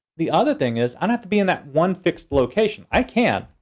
the other thing is i don't have to be in that one fixed location. i can,